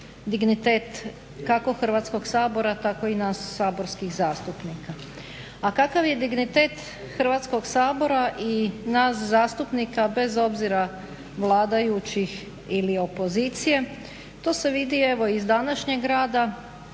dignitet kako Hrvatskog sabora tako i nas saborskih zastupnika. A kakav je dignitet Hrvatskog sabora i nas zastupnika bez obzira vladajućih ili opozicije to se vidi evo i iz današnjeg rada